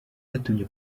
byatumye